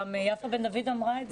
יפה בן דוד אמרה את זה.